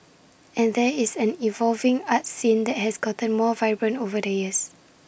and there is an evolving arts scene that has gotten more vibrant over the years